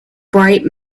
bright